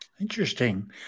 Interesting